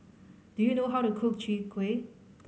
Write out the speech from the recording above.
do you know how to cook Chwee Kueh